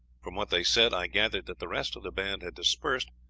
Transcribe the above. from what they said, i gathered that the rest of the band had dispersed,